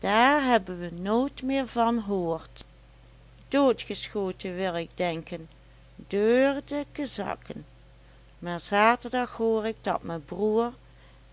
daar hebben we nooit meer van hoord doodgeschoten wil ik denken deur de kezakken maar zaterdag hoor ik dat me broer